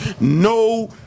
no